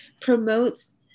promotes